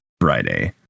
Friday